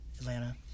Atlanta